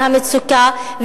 על המצוקה,